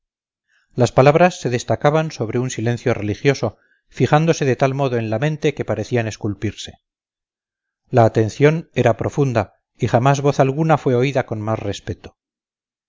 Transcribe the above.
las palabras se destacaban sobre un silencio religioso fijándose de tal modo en la mente que parecían esculpirse la atención era profunda y jamás voz alguna fue oída con más respeto